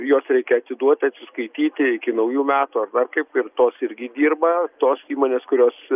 juos reikia atiduoti atsiskaityti iki naujų metų ar dar kaip ir tos irgi dirba tos įmonės kurios